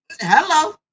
Hello